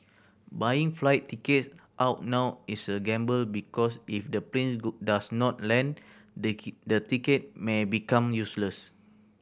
buying flight tickets out now is a gamble because if the plane does not land the ticket may become useless